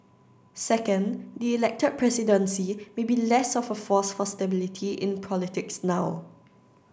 second the elected presidency may be less of a force for stability in politics now